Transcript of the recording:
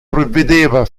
prevedeva